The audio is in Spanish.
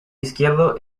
izquierdo